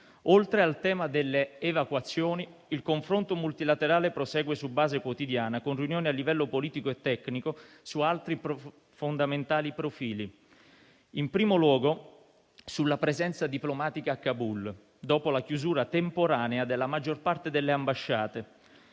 Oltre al tema delle evacuazioni, il confronto multilaterale prosegue su base quotidiana con riunioni a livello politico e tecnico su altri fondamentali profili, in primo luogo sulla presenza diplomatica a Kabul dopo la chiusura temporanea della maggior parte delle ambasciate.